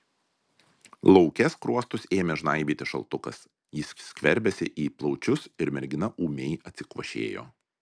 lauke skruostus ėmė žnaibyti šaltukas jis skverbėsi į plaučius ir mergina ūmiai atsikvošėjo